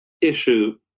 issue